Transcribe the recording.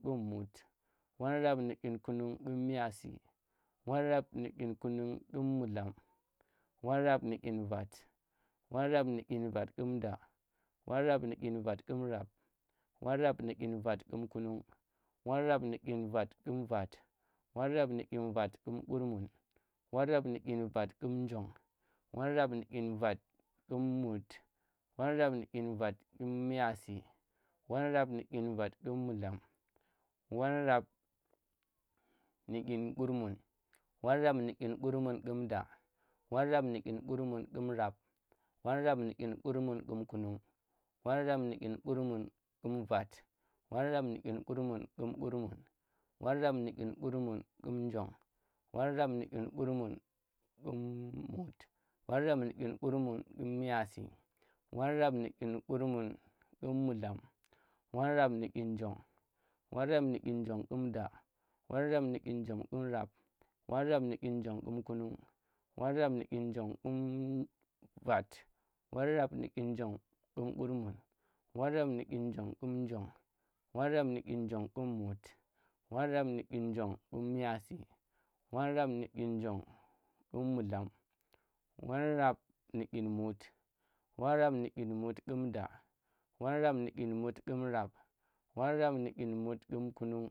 Ƙum mut, won rab nu dyin kunnun ƙum miyasi, won rab nu dyin kunnung ƙum mudlam, won rab nu dyin vat, won rab nu dyin vat da, won rap nu dyin vat ƙum rab won rab nu dyin vat kum kunnung, won rab nu dyin vat ƙum vat, won rab nu dyin vat ƙum kurmun, won rab nu dyin vat ƙum njong, won rab nu dyin vat ƙum mut, won rab nu dyin vat ƙum miyasi, won rab nu dyin vat kum mudlam, won rab nu dyin kurmun, won rab nu dyin kurmun ƙum da, won rab nu dyin kurmun kum rab, won ra nu dyin kurmun kum kunnung, won rab nu dyin kurmun kum vat, won rab nu dyin kurmun kum kurmun, won rab nu dyin kurmun ƙum njong, won rab nu yin kurmun ƙum mut won rab nu dyin kurmun kum miyasi, won rab nu dyin kurmun ƙum mudlam, won rab nu dyin njong, won rab nu dyin njong ƙum da, won rab nu dyin njong ƙum rab, won rab nu dyin njong ƙum kunnung, won rab nu dyin njong ƙum vat, won rab nu dyin njong ƙum kurmun, won rab nu dyin njong ƙum njong, won rab nu dyin njong ƙum mut, won rab nu dyin njong ƙum miyasi, won rab nu dyin njong ƙum mudlam, won rab nu dyin mut, won rab nu dyin mut ƙum da, won rab nu dyin mut ƙum rab, won rab nu dyin mut ƙum kunnung